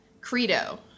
Credo